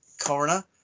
coroner